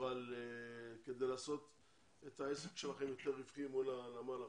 אבל כדי לעשות את העסק שלכם יותר רווחי מול הנמל החדש,